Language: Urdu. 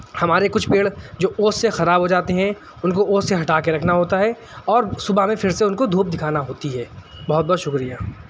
ہمارے کچھ پیڑ جو اوس سے خراب ہو جاتے ہیں ان کو اوس سے ہٹا کے رکھنا ہوتا ہے اور صبح میں پھر سے ان کو دھوپ دکھانا ہوتی ہے بہت بہت شکریہ